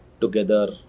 together